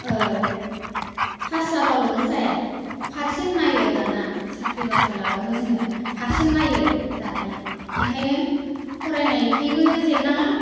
ओ पास जाब्लल'नो जाया पारसेन्ट नायो दाना साख्रि बाख्रि लाब्लाबो जोङो पारसेन्ट नायो दानिया एंखायनो फरायनायखैबो जेननाङा